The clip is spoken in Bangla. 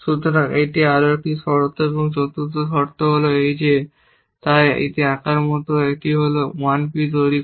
সুতরাং এটি আরও একটি শর্ত এবং চতুর্থ শর্তটি হল যে তাই এটি আঁকার মতো এটি হল একটি 1 P তৈরি করে